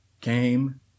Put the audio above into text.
came